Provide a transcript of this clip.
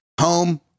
Home